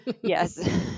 Yes